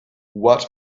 what